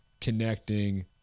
connecting